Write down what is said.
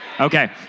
Okay